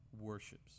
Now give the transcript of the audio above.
worships